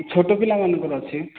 ଛୋଟ ପିଲାମାନଙ୍କର ଅଛି